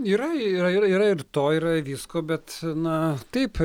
yra yra yra ir to yra visko bet na taip